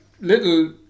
little